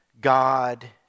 God